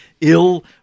ill